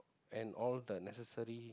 and all the necessary